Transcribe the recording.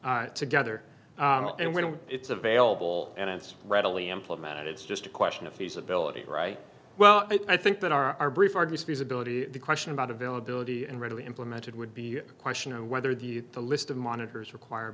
implemented together and when it's available and it's readily implemented it's just a question of feasibility right well i think that our brief argues feasibility the question about availability and readily implemented would be a question of whether the the list of monitors required